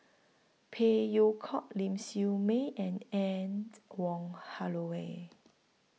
Phey Yew Kok Ling Siew May and and Wong Holloway